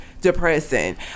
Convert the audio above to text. depressing